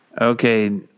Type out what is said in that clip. Okay